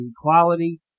equality